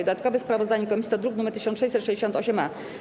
Dodatkowe sprawozdanie komisji to druk nr 1668-A.